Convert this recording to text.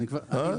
מה?